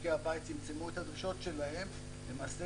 משקי הבית צמצמו את הדרישות שלהם למעשה